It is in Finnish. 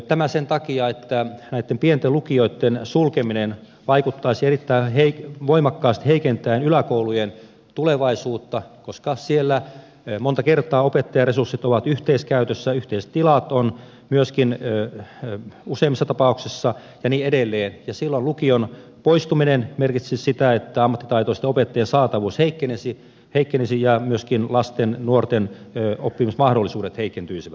tämä sen takia että näitten pienten lukioitten sulkeminen vaikuttaisi erittäin voimakkaasti heikentäen yläkoulujen tulevaisuutta koska siellä monta kertaa opettajaresurssit ovat yhteiskäytössä on yhteiset tilat myöskin useimmissa tapauksissa ja niin edelleen ja silloin lukion poistuminen merkitsisi sitä että ammattitaitoisten opettajien saatavuus heikkenisi ja myöskin lasten nuorten oppimismahdollisuudet heikentyisivät